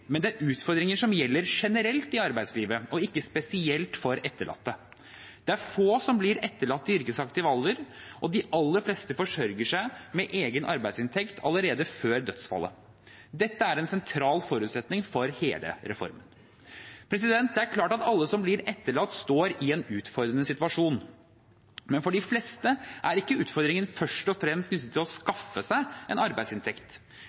men det er utfordringer som gjelder generelt i arbeidslivet og ikke spesielt for etterlatte. Det er få som blir etterlatt i yrkesaktiv alder, og de aller fleste forsørger seg med egen arbeidsinntekt allerede før dødsfallet. Dette er en sentral forutsetning for hele reformen. Det er klart at alle som blir etterlatt, står i en utfordrende situasjon. Men for de fleste er ikke utfordringen først og fremst knyttet til å skaffe seg en arbeidsinntekt.